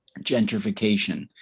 gentrification